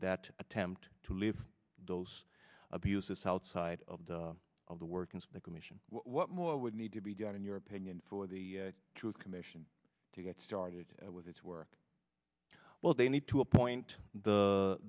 that attempt to leave those abuses southside of the of the work in the commission what more would need to be done in your opinion for the truth commission to get started with its work well they need to appoint